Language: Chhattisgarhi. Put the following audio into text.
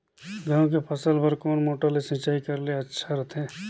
गहूं के फसल बार कोन मोटर ले सिंचाई करे ले अच्छा रथे?